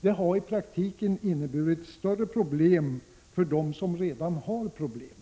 Det har i 28 april 1986 praktiken inneburit större problem för dem som redan har problem